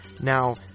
Now